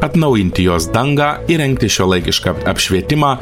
atnaujinti jos dangą įrengti šiuolaikišką apšvietimą